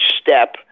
step